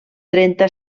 trenta